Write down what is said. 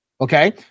Okay